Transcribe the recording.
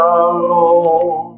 alone